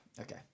Okay